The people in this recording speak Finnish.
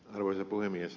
arvoisa puhemies